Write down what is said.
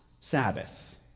Sabbath